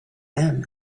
them